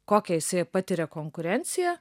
kokią jisai patiria konkurenciją